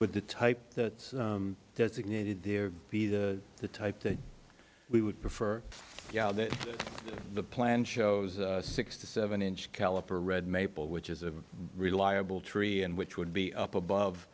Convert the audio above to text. with the type that designated the be the the type that we would prefer that the plan shows a six to seven inch caliper red maple which is a reliable tree and which would be up above